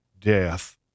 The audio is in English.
death